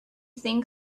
think